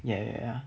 ya ya ya